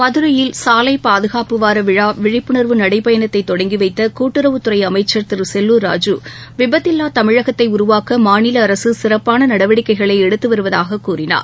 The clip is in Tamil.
மதுரையில் சாலை பாதுகாப்பு வார விழா விழிப்புணர்வு நடைபயணத்தை தொடங்கி வைத்த கூட்டுறவுத் துறை அமைச்சர் திரு செல்லூர் ராஜூ விபத்தில்லா தமிழகத்தை உருவாக்க மாநில அரசு சிறப்பான நடவடிக்கைகளை எடுத்து வருவதாக கூறினார்